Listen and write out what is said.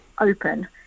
open